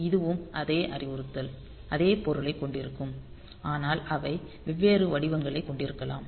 இதுவும் அதே அறிவுறுத்தல் அதே பொருளைக் கொண்டிருக்கும் ஆனால் அவை வெவ்வேறு வடிவங்களைக் கொண்டிருக்கலாம்